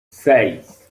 seis